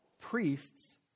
priests